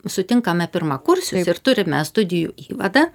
sutinkame pirmakursius ir turime studijų įvadą